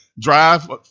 drive